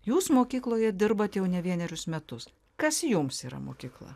jūs mokykloje dirbat jau ne vienerius metus kas jums yra mokykla